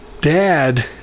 dad